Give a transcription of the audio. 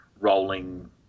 rolling